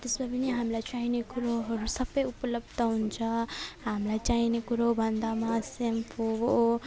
हो त्यसमा पनि हामीलाई चाहिने कुरोहरू सबै उपलब्ध हुन्छ हामीलाई चाहिने कुरो भन्दामा सेम्पो